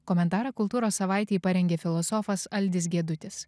komentarą kultūros savaitei parengė filosofas aldis gedutis